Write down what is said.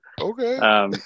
okay